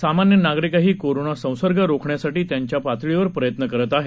सामान्य नागरिकही कोरोना संसर्ग रोखण्यासाठी त्यांच्या पातळीवर प्रयत्न करत आहेत